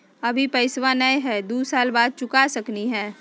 अभि पैसबा नय हय, दू साल बाद चुका सकी हय?